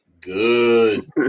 good